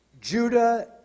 Judah